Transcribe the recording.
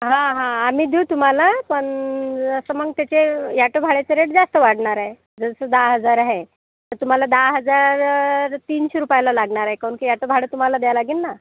हा हा आम्ही देऊ तुम्हाला पण असं मग त्याचे ॲटो भाड्याचे रेट जास्त वाढणारं आहे जसं दहा हजार आहे तर तुम्हाला दहा हजार तीनशे रुपयाला लागणार आहे कारण की ॲटो भाडं तुम्हाला द्यावं लागेन ना